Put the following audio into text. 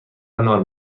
انار